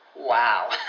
Wow